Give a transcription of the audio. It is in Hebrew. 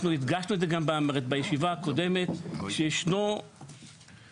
אנחנו הדגשנו את זה גם בישיבה הקודמת שישנה זכות